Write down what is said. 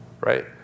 right